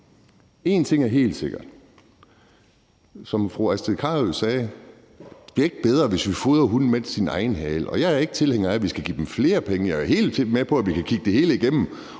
én ting er helt sikkert: Som fru Astrid Carøe sagde, bliver det ikke bedre, hvis vi fodrer hunden med dens egen hale. Og jeg er ikke tilhænger af, at vi skal give dem flere penge. Jeg er helt med på, at vi kan kigge det hele igennem,